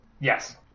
yes